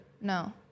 No